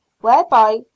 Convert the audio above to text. whereby